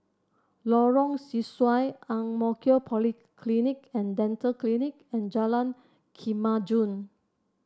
Lorong Sesuai Ang Mo Kio Polyclinic And Dental Clinic and Jalan Kemajuan